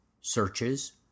searches